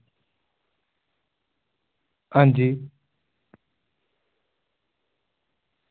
आं जी